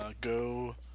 go